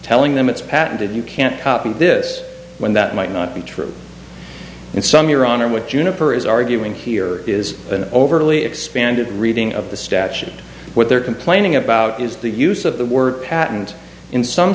telling them it's patented you can't copy this when that might not be true in sum your honor what juniper is arguing here is an overly expanded reading of the statute what they're complaining about is the use of the word patent in some